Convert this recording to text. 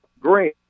green